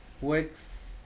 works